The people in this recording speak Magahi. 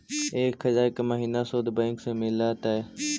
एक हजार के महिना शुद्ध बैंक से मिल तय?